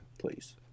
please